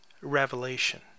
revelation